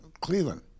Cleveland